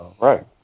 Right